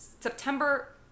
September